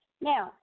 Now